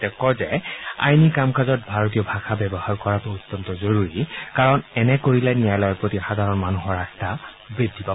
তেওঁ কয় যে আইনী কাম কাজত ভাৰতীয় ভাষা ব্যৱহাৰ কৰাটো অত্যন্ত জৰুৰী কাৰণ এনে কৰিলে ন্যায়ালয়ৰ প্ৰতি সাধাৰণ মানুহৰ আস্থা বৃদ্ধি পাব